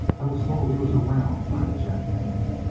i was told he was around by a gent named